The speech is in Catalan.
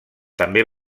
també